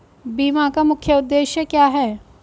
बीमा का मुख्य उद्देश्य क्या है?